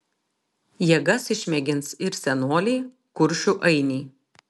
jėgas išmėgins ir senoliai kuršių ainiai